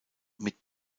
mit